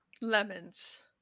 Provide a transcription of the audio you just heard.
lemons